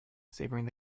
savouring